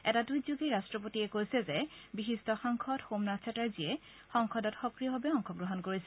এটা টুইটযোগে ৰাষ্ট্ৰপতিয়ে কৈছে যে বিশিষ্ট সাংসদ সোমনাথ চেটাৰ্জীয়ে সংসদত সক্ৰিয়ভাৱে অংশগ্ৰহণ কৰিছিল